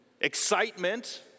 excitement